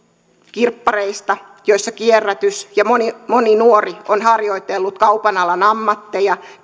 kirppareista joissa kierrätetään ja moni moni nuori on harjoitellut kaupan alan ammatteja